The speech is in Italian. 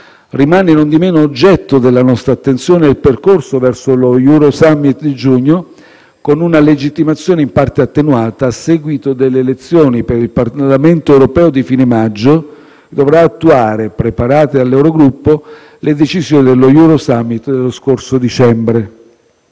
rimane non di meno oggetto della nostra attenzione il percorso verso l'Eurosummit di giugno che, con una legittimazione in parte attenuata, a seguito delle elezioni per il Parlamento europeo di fine maggio, dovrà attuare, preparate dall'Eurogruppo, le decisioni dell'Eurosummit dello scorso dicembre.